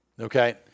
Okay